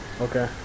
Okay